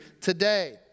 today